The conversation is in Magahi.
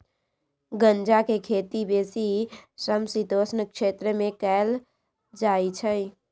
गञजा के खेती बेशी समशीतोष्ण क्षेत्र में कएल जाइ छइ